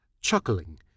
chuckling